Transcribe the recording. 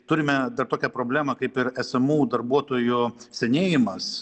turime dar tokią problemą kaip ir esamų darbuotojų senėjimas